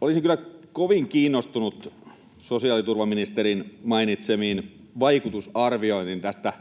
Olisin kyllä kovin kiinnostunut sosiaaliturvaministerin mainitsemista vaikutusarvioinneista